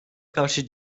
karşı